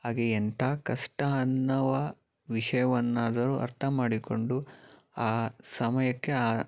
ಹಾಗೆ ಎಂಥ ಕಷ್ಟ ಅನ್ನುವ ವಿಷಯವನ್ನಾದರು ಅರ್ಥ ಮಾಡಿಕೊಂಡು ಆ ಸಮಯಕ್ಕೆ ಆ